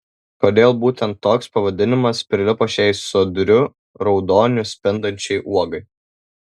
kodėl būtent toks pavadinimas prilipo šiai sodriu raudoniu spindinčiai uogai